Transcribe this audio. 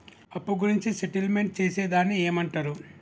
అప్పు గురించి సెటిల్మెంట్ చేసేదాన్ని ఏమంటరు?